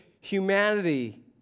humanity